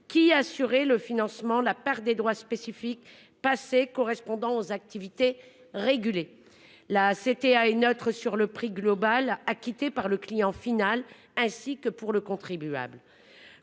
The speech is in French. qui a assuré son financement, la part des droits spécifiques passés correspondant aux activités régulées. La CTA est acquittée sur le prix global par le client final, donc par le contribuable.